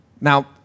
Now